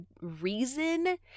reason